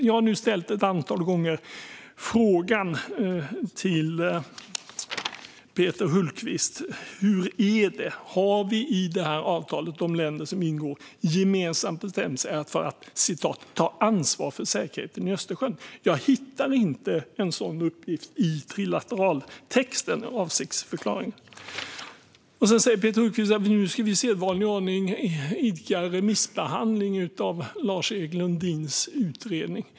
Jag har nu ett antal gånger ställt frågan till Peter Hultqvist: Hur är det? Har de länder som ingår i det här avtalet gemensamt bestämt sig för att ta ansvar för säkerheten i Östersjön? Jag hittar inte en sådan uppgift i trilateraltexten, avsiktsförklaringen. Peter Hultqvist säger att vi nu i sedvanlig ordning ska idka remissbehandling av Lars-Erik Lundins utredning.